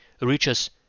reaches